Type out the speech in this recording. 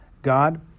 God